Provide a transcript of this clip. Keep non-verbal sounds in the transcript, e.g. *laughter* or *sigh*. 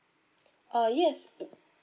*noise* uh yes